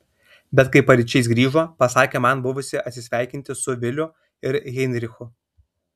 bet kai paryčiais grįžo pasakė man buvusi atsisveikinti su viliu ir heinrichu